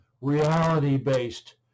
reality-based